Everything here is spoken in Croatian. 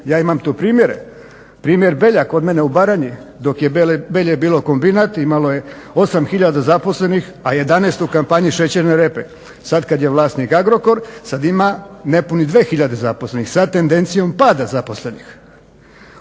Ja imam tu primjere. Primjer Belja kod mene u Baranji, dok je Belje bilo kombinat imalo je 8000 zaposlenih, a 11 u kampanji šećerne repe. Sad kad je vlasnik Agrokor sad ima nepunih 2000 zaposlenih sa tendencijom pada zaposlenih.